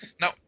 No